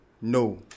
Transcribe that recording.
no